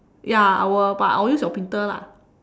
ya I will but I will use your printer lah